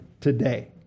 today